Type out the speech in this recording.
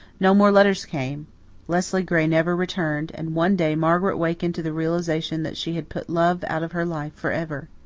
no more letters came leslie gray never returned and one day margaret wakened to the realization that she had put love out of her life for ever.